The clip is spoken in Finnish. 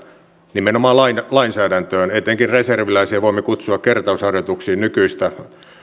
nimenomaan lainsäädäntöön etenkin reserviläisiä voimme kutsua kertausharjoituksiin nykyistä